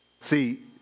See